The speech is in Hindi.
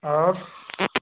और